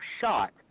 shot